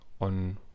on